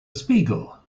spiegel